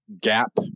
gap